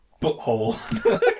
butthole